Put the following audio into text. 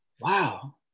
Wow